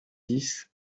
dix